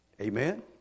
Amen